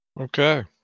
Okay